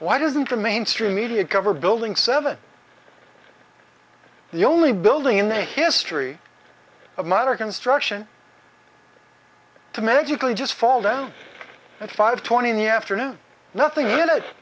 why doesn't the mainstream media cover building seven the only building in the history of modern construction to magically just fall down at five twenty in the afternoon nothing in it